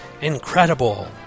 incredible